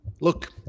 Look